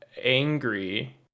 angry